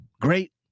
great